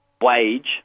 wage